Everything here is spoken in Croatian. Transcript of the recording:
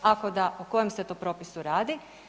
Ako da o kojem se to propisu radi?